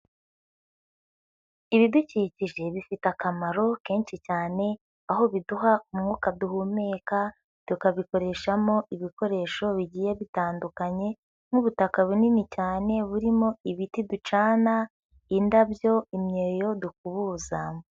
Ibidukikije bifite akamaro kenshi cyane, aho biduha umwuka duhumeka tukabikoreshamo ibikoresho bigiye bitandukanye, nk'ubutaka bunini cyane burimo ibiti ducana, indabyo, imyeyo dukubuza.